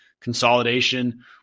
consolidation